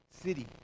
city